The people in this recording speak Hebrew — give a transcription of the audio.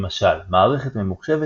למשל מערכת ממוחשבת